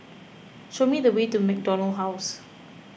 show me the way to MacDonald House